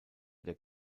der